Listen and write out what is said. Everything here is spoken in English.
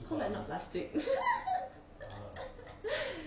cool I not plastic